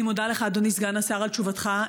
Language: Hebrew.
אני מודה לך, אדוני סגן השר, על תשובתך.